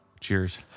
Cheers